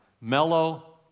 mellow